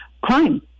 crime